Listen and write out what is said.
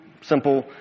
simple